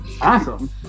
awesome